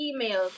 emails